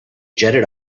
jetted